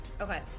Okay